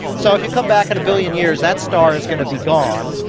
so if you come back in a billion years, that star is going to be gone,